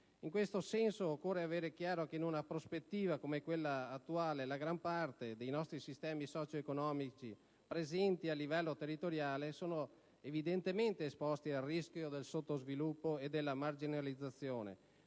In questo senso, occorre avere chiaro che, in una prospettiva come quella attuale, la gran parte dei sistemi socioeconomici presenti a livello territoriale è evidentemente esposta al rischio del sottosviluppo e della marginalizzazione,